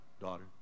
daughter